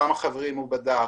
כמה חברים הוא בדק?